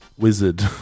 wizard